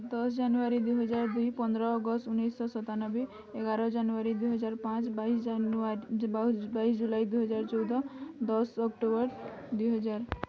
ଦଶ ଜାନୁୟାରୀ ଦୁଇ ହଜାର ଦୁଇ ପନ୍ଦର ଅଗଷ୍ଟ ଉଣେଇଶ ସତାନବେ ଏଗାର ଜାନୁୟାରୀ ଦୁଇ ହଜାର ପାଞ୍ଚ ବାଇଶ ଜାନୁଆରୀ ବାଇଶି ଜୁଲାଇ ଦୁଇ ହଜାର ଚଉଦ ଦଶ ଅକ୍ଟୋବର ଦୁଇ ହଜାର